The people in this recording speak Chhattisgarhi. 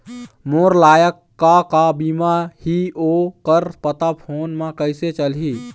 मोर लायक का का बीमा ही ओ कर पता फ़ोन म कइसे चलही?